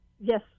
yes